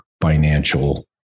financial